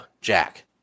Jack